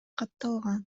катталган